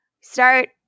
start